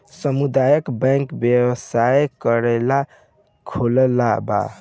सामुदायक बैंक व्यवसाय करेला खोलाल बा